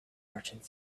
merchant